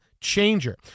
changer